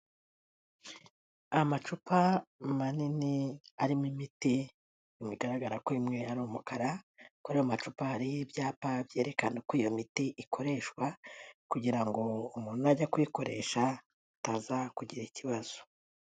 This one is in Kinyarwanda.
Amacupa manini arimo imiti bigaragara ko imwe ari umukara, kuri ayo macupa hariho ibyapa byerekana uko iyo miti ikoreshwa kugira ngo umuntu najya kuyikoresha ataza kugira ikibazo.